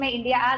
India